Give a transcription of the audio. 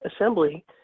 assembly